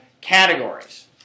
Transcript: categories